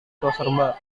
toserba